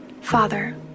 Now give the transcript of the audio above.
Father